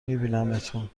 میبینمتون